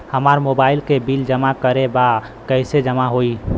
हमार मोबाइल के बिल जमा करे बा कैसे जमा होई?